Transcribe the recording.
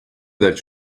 that